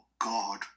god